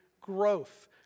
growth